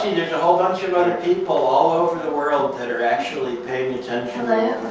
whole bunch of other people all over the world that are actually paying attention